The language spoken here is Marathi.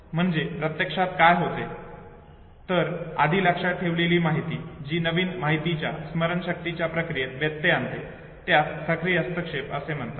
म्हणजे प्रत्यक्षात काय होते तर आधी लक्षात ठेवलेली माहिती जी नवीन माहितीच्या स्मरण शक्तीच्या प्रक्रियेत व्यत्यय आणते त्यास सक्रिय हस्तक्षेप असे म्हणतात